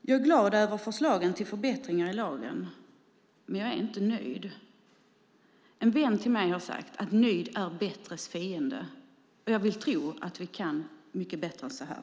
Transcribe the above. Jag är glad över förslagen till förbättringar i lagen. Men jag är inte nöjd. En vän till mig har sagt att nöjd är bättres fiende, och jag vill tro att vi kan mycket bättre än så här.